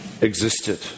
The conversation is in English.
existed